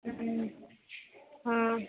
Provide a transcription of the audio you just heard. हँ हँ